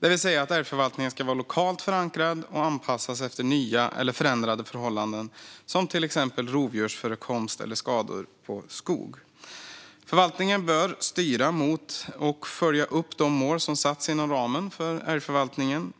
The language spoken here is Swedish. det vill säga att den ska vara lokalt förankrad och anpassas efter nya eller förändrade förhållanden som till exempel rovdjursförekomst eller skador på skog. Förvaltningen bör styra mot och följa upp de mål som satts inom ramen för älgförvaltningen.